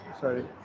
Sorry